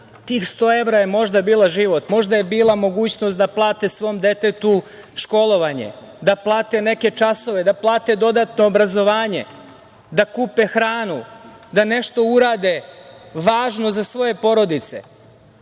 tih 100 evra je možda bilo život, možda je bila mogućnost da plate svom detetu školovanje, da plate neke časove, da plate dodatno obrazovanje, da kupe hranu, da nešto urade važno za svoje porodice. Ne